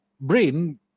brain